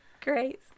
great